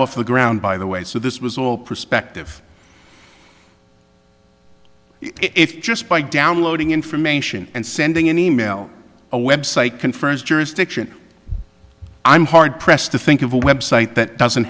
off the ground by the way so this was all prospective if just by downloading information and sending an email a website confirms jurisdiction i'm hard pressed to think of a website that doesn't